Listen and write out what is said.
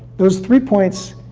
those three points,